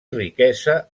riquesa